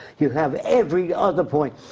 you have every other point.